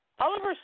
Oliver